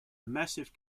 massive